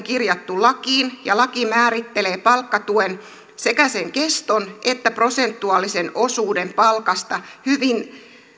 kirjattu lakiin ja laki määrittelee sekä palkkatuen keston että sen prosentuaalisen osuuden palkasta hyvin